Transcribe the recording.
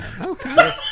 Okay